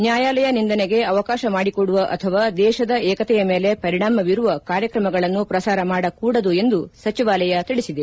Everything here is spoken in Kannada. ನ್ನಾಯಾಲಯ ನಿಂದನೆಗೆ ಅವಕಾಶ ಮಾಡಿಕೊಡುವ ಅಥವಾ ದೇಶದ ಏಕತೆಯ ಮೇಲೆ ಪರಿಣಾಮ ಬೀರುವ ಕಾರ್ಯಕ್ರಮಗಳನ್ನು ಪ್ರಸಾರ ಮಾಡಕೂಡದು ಎಂದು ಸಚಿವಾಲಯ ತಿಳಿಸಿದೆ